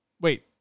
Wait